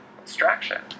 abstraction